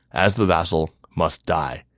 as the vassal, must die.